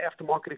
aftermarket